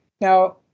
Now